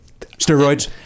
Steroids